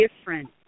different